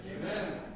Amen